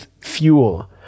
fuel